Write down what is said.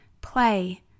Play